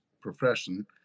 profession